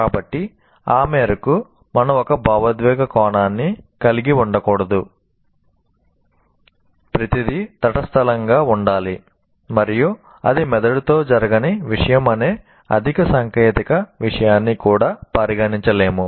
కాబట్టి ఆ మేరకు మనం ఒక భావోద్వేగ కోణాన్ని కలిగి ఉండకూడదు ప్రతిదీ తటస్థంగా ఉండాలి మరియు అది మెదడుతో జరగని విషయం అనే అధిక సాంకేతిక విషయాన్ని కూడా పరిగణించలేము